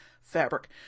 fabric